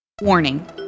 Warning